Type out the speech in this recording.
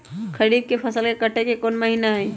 खरीफ के फसल के कटे के कोंन महिना हई?